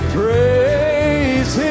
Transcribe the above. praise